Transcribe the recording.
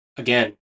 Again